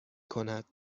کند